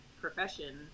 profession